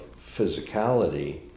physicality